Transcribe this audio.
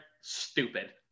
stupid